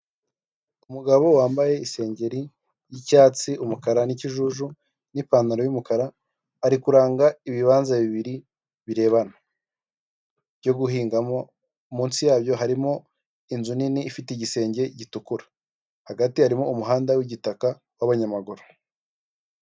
Umugabo wambaye isengeri y'icyatsi umukara n'ikijuju n'ipantaro y'umukara ari kuranga ibibanza bibiri birebana byo guhinga, munsi yabyo harimo inzu nini ifite igisenge gitukura hagati harimo umuhanda w'igitaka w'abanyamaguru.